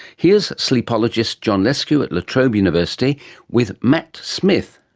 here's sleepologist john lesku at la trobe university with matt smith,